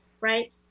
right